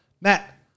Matt